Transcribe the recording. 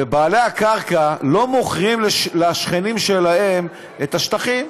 ובעלי הקרקע לא מוכרים לשכנים שלהם את השטחים.